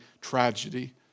tragedy